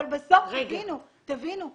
אבל בסוף, תבינו.